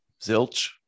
zilch